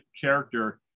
character